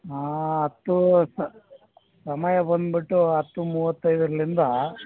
ಹತ್ತು ಸಮಯ ಬಂದುಬಿಟ್ಟು ಹತ್ತು ಮೂವತ್ತೈದರಿಂದ